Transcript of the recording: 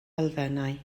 elfennau